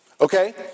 Okay